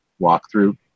walkthrough